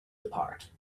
apart